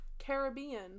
Caribbean